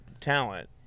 talent